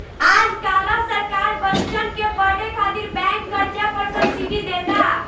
आज काल्ह सरकार बच्चन के पढ़े खातिर बैंक कर्जा पर सब्सिडी देता